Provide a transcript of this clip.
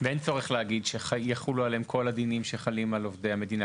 אין צורך להגיד שיחולו עליהם כל הדינים שחלים על עובדי המדינה?